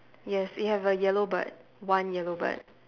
yes it have a yellow bird one yellow bird